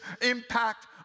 impact